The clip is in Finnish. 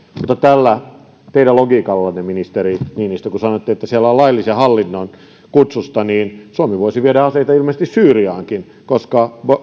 mutta tällä teidän logiikallanne ministeri niinistö kun sanoitte että ovat siellä laillisen hallinnon kutsusta suomi voisi viedä aseita ilmeisesti syyriaankin koska